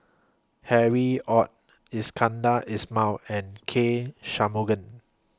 Harry ORD Iskandar Ismail and K Shanmugam